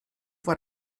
war